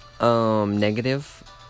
negative